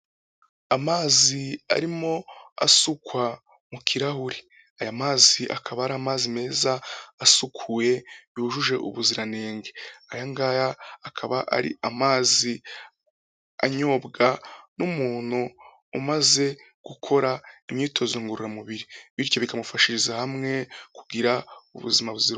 Amazi arimo asukwa mu kirahure, aya mazi akaba ari amazi meza asukuye yujuje ubuziranenge, ayangaya akaba ari amazi anyobwa n'umuntu umaze gukora imyitozo ngororamubiri, bityo bikamufashiriza hamwe kugira ubuzima buzira umuze.